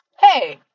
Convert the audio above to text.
hey